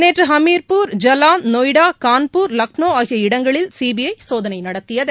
நேற்று ஹமீர்பூர் ஜவான் நொய்டா கான்பூர் லக்னோ ஆகிய இடங்களில் சிபிஐ சோதனை நடத்தியது